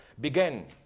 began